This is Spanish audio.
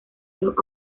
los